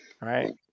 Right